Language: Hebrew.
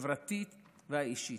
החברתית והאישית.